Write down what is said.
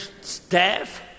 staff